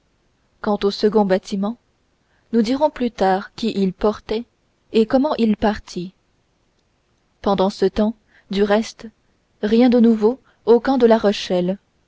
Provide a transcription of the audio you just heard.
quant au second bâtiment nous dirons plus tard qui il portait et comment il partit pendant ce temps du reste rien de nouveau au camp de la rochelle